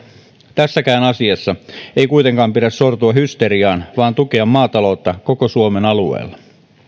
tässäkään asiassa ei kuitenkaan pidä sortua hysteriaan vaan tukea maataloutta koko suomen alueella